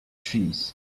trees